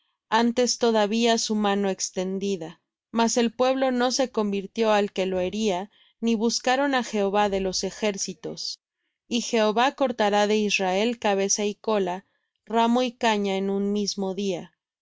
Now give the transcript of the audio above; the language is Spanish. antes todavía su mano extendida mas el pueblo no se convirtió al que lo hería ni buscaron á jehová de los ejércitos y jehová cortará de israel cabeza y cola ramo y caña en un mismo día